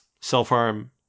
self-harm